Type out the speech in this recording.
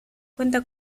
cuenta